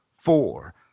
four